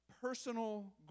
personal